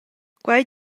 quei